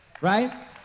right